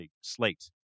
slate